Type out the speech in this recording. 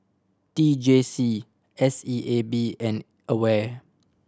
T J C S E A B and AWARE